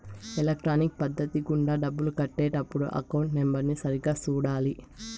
electronic పద్ధతి గుండా డబ్బులు కట్టే టప్పుడు అకౌంట్ నెంబర్ని సరిగ్గా సూడాలి